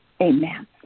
amen